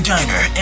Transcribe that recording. Diner